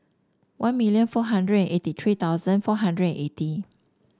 one million four hundred eighty three thousand four hundred eighty